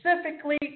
specifically